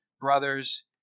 brothers